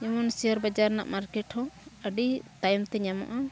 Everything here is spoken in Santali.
ᱡᱮᱢᱚᱱ ᱥᱮᱭᱟᱨ ᱵᱟᱡᱟᱨ ᱨᱮᱱᱟᱜ ᱦᱚᱸ ᱟᱹᱰᱤ ᱛᱟᱭᱚᱢᱛᱮ ᱧᱟᱢᱚᱜᱼᱟ